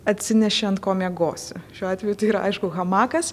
atsineši ant ko miegosi šiuo atveju tai yra aišku hamakas